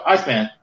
Iceman